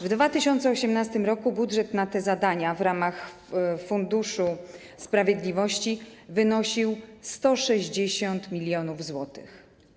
W 2018 r. budżet na te zadania w ramach Funduszu Sprawiedliwości wynosił 160 mln zł.